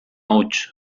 huts